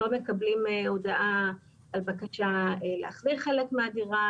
פתאום מקבלים הודעה על בקשה להחזיר חלק מהדירה,